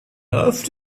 earth